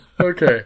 okay